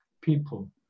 people